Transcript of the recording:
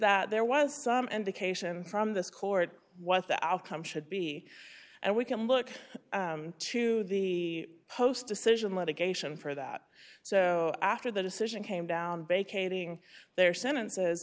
that there was some indication from this court what the outcome should be and we can look to the post decision litigation for that so after the decision came down bay kading their sentences